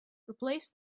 replace